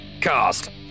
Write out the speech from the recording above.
Cast